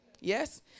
yes